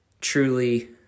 truly